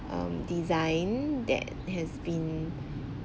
um design that has been